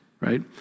right